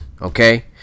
okay